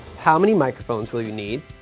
how many microphones will you need,